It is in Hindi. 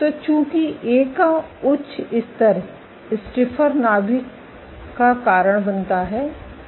तो चूंकि ए का उच्च स्तर स्टिफर नाभिक का कारण बनता है